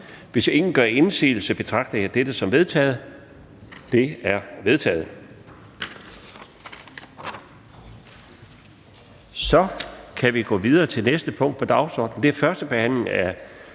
Hvis ingen gør indsigelse, betragter jeg dette som vedtaget. Det er vedtaget. --- Det næste punkt på dagsordenen er: 11) 1. behandling af